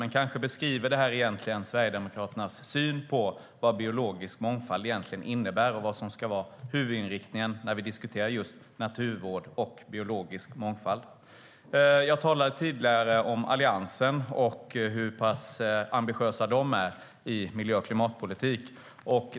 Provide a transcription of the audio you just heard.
Men kanske beskriver det Sverigedemokraternas syn på vad biologisk mångfald egentligen innebär och vad som ska vara huvudinriktningen när vi diskuterar naturvård och biologisk mångfald. Jag talade tidigare om Alliansen och hur pass ambitiösa de är i miljö och klimatpolitiken.